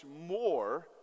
more